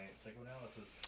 psychoanalysis